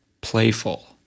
playful